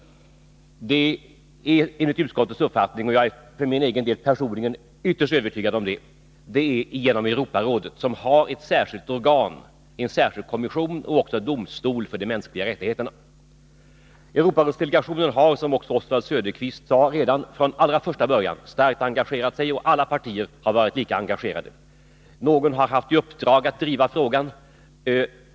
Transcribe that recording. Det sker enligt utskottets uppfattning — jag är för min del personligen ytterst övertygad om det — genom Europarådet, som har ett särskilt organ och en särskild kommission och också en domstol för de mänskliga rättigheterna. Europarådsdelegationen har, som Oswald Söderqvist sade, redan från allra första början starkt engagerat sig, och alla partier har varit lika engagerade. Någon har haft i uppdrag att driva frågan.